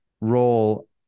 role